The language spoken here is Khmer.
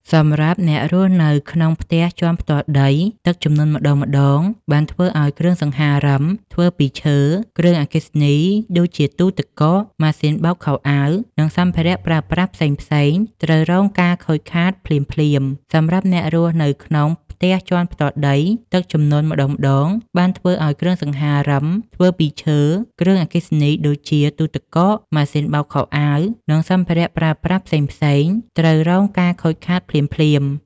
សម្រាប់អ្នករស់នៅក្នុងផ្ទះជាន់ផ្ទាល់ដី ទឹកជំនន់ម្តងៗបានធ្វើឱ្យគ្រឿងសង្ហារឹមធ្វើពីឈើ គ្រឿងអគ្គិសនីដូចជាទូទឹកកក ម៉ាស៊ីនបោកខោអាវ និងសម្ភារៈប្រើប្រាស់ផ្សេងៗត្រូវរងការខូចខាតភ្លាមៗ សម្រាប់អ្នករស់នៅក្នុងផ្ទះជាន់ផ្ទាល់ដី ទឹកជំនន់ម្តងៗបានធ្វើឱ្យគ្រឿងសង្ហារឹមធ្វើពីឈើ គ្រឿងអគ្គិសនីដូចជាទូទឹកកក ម៉ាស៊ីនបោកខោអាវ និងសម្ភារៈប្រើប្រាស់ផ្សេងៗត្រូវរងការខូចខាតភ្លាមៗ